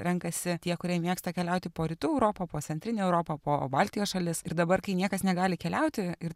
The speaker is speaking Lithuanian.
renkasi tie kurie mėgsta keliauti po rytų europą po centrinę europą po baltijos šalis ir dabar kai niekas negali keliauti ir